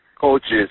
coaches